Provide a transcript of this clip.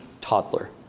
toddler